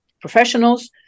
professionals